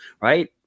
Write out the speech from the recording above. Right